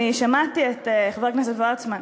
אני שמעתי את חבר הכנסת וורצמן,